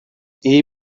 iyi